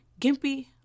gimpy